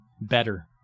better